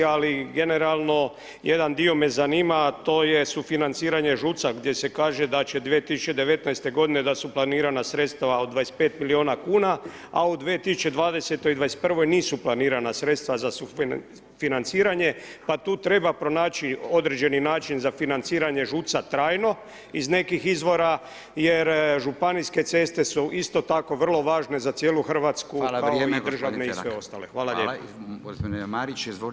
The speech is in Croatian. Ali generalno jedan dio me zanima a to je sufinanciranje ŽUC-a gdje se kaže da će 2019. godine da su planirana sredstva od 25 milijuna kuna a u 2020. i 2021. nisu planirana sredstva za sufinanciranje pa tu treba pronaći određeni način za financiranje ŽUC-a trajno iz nekih izvora jer županijske ceste su isto tako vrlo važne za cijelu Hrvatsku kao [[Upadica Radin: Hvala, vrijeme, gospodine Felak.]] kao i državne i sve ostale.